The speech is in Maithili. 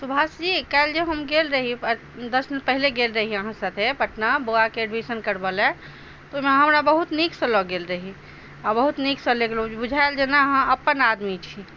सुभाष जी काल्हि जे हम गेल रही दस दिन पहले गेल रही अहाँ साथे पटना बौआके एडमिशन करबऽ ले तऽ ओहिमे अहाँ हमरा बहुत नीक सऽ लऽ गेल रही आ बहुत नीक से ले गेलहुँ बुझाएल जेना अहाँ अपन आदमी छी